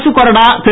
அரசு கொறடா திரு